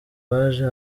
b’ejo